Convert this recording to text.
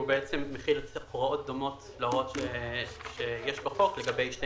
הוא בעצם מכיל הוראות דומות להוראות שיש בחוק לגבי שני